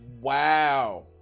Wow